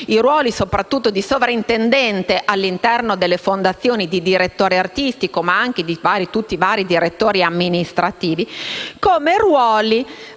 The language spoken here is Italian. i ruoli di sovrintendente all'interno delle fondazioni, di direttore artistico ma anche di tutti i vari direttori amministrativi, come un